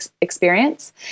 experience